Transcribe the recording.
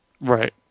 right